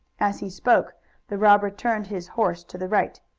as he spoke the robber turned his horse to the right.